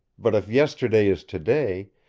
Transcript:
but if yesterday is to-day,